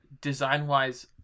design-wise